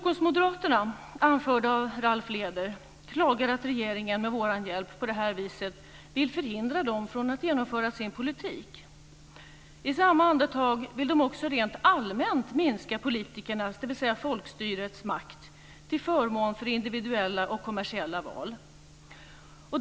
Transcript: Lédel, klagar att regeringen med vår hjälp på det här viset vill förhindra dem från att genomföra sin politik. I samma andetag vill de också rent allmänt minska politikernas, dvs. folkstyrets, makt till förmån för individuella och kommersiella val.